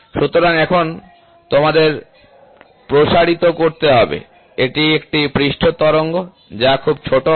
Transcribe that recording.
সুতরাং এখন তোমাদের প্রসারিত করতে হবে এটি একটি পৃষ্ঠ তরঙ্গ যা খুব ছোট হবে